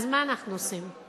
אז מה אנחנו עושים?